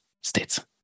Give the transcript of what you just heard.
States